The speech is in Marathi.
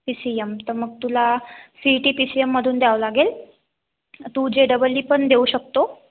पी सी एम तर मग तुला C E T P C एममधून द्यावं लागेल तू जे डबल इ पण देऊ शकतो